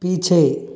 पीछे